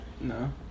No